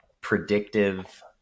predictive